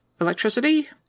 electricity